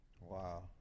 Wow